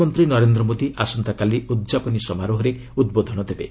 ପ୍ରଧାନମନ୍ତ୍ରୀ ନରେନ୍ଦ୍ର ମୋଦି ଆସନ୍ତାକାଲି ଉଦ୍ଯାପନୀ ସମାରୋହରେ ଉଦ୍ବୋଧନ ଦେବେ